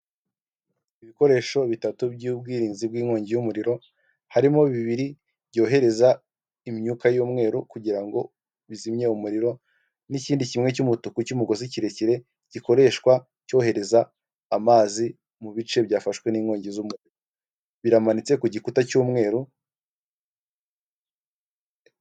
Ibikoresho bitatu by'ubwirinzi bw'inkongi y'umuriro, harimo bibiri byohereza imyuka y'umweru kugirango bizimye umuriro n'ikindi kimwe cy'umutuku cy'umugozi kirekire gikoreshwa cyohereza amazi mu bice byafashwe n'inkongi zumuriro, biramanitse ku gikuta cy'umweru.